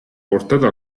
portato